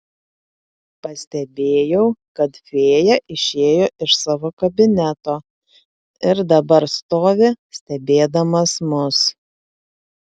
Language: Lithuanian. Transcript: pastebėjau kad fėja išėjo iš savo kabineto ir dabar stovi stebėdamas mus